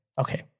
okay